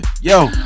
Yo